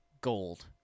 gold